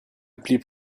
blieb